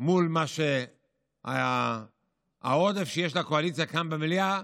מול העודף שיש לקואליציה כאן במליאה